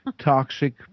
toxic